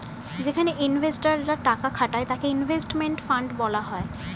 যেখানে ইনভেস্টর রা টাকা খাটায় তাকে ইনভেস্টমেন্ট ফান্ড বলা হয়